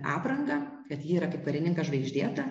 apranga kad ji yra kaip karininkas žvaigždėta